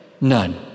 None